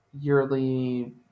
yearly